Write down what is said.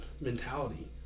mentality